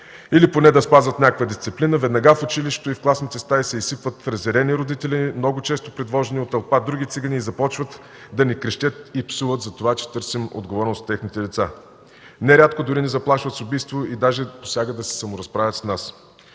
или поне да спазват някаква дисциплина, веднага в училището и класните стаи се изсипват разярени родители, много често предвождани от тълпа други цигани и започват да ни крещят и псуват за това, че търсим отговорност от техните деца. Нерядко дори ни заплашват с убийство и даже посягат да се саморазправят с нас.